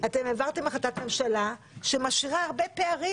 העברתם החלטת ממשלה שמשאירה הרבה פערים.